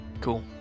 cool